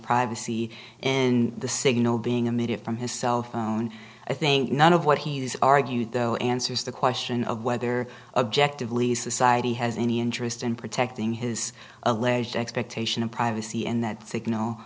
privacy and the signal being emitted from his cell phone i think none of what he's argued though answers the question of whether objective lease society has any interest in protecting his alleged expectation of privacy in that